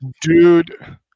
Dude